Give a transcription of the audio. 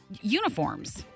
uniforms